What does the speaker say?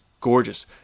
gorgeous